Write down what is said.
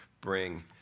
bring